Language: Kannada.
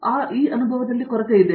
ಆದ್ದರಿಂದ ಅವುಗಳಲ್ಲಿ ಕೊರತೆಯಿದೆ